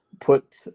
put